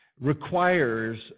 requires